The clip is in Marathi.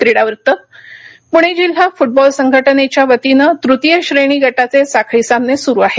क्रीडा वृत्त पुणे जिल्हा फुटबॉल संघटनेच्यावतीनं तृतीय श्रेणी गटाचे साखळी सामने सुरु आहेत